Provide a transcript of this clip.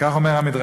וכך אומר המדרש: